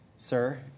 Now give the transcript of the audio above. Sir